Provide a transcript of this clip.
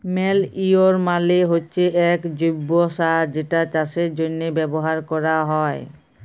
ম্যালইউর মালে হচ্যে এক জৈব্য সার যেটা চাষের জন্হে ব্যবহার ক্যরা হ্যয়